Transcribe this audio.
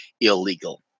illegal